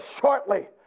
shortly